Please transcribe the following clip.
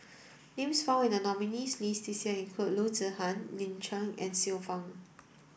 names found in the nominees' list this year include Loo Zihan Lin Chen and Xiu Fang